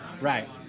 Right